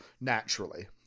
naturally